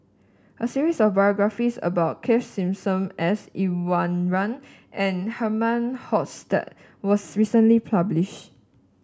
a series of biographies about Keith Simmons S Iswaran and Herman Hochstadt was recently publish